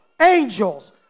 angels